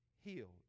healed